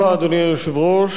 אדוני היושב-ראש,